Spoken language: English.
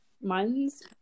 Mine's